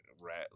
right